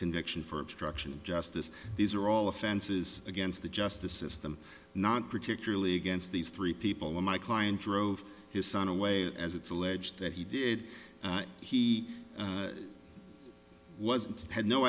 conviction for obstruction of justice these are all offenses against the justice system not particularly against these three people in my client drove his son away as it's alleged that he did he was had no